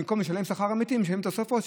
במקום לשלם שכר אמיתי משלמים תוספות,